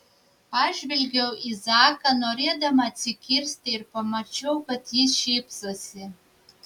pažvelgiau į zaką norėdama atsikirsti ir pamačiau kad jis šypsosi